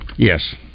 Yes